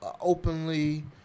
openly